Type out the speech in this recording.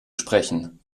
sprechen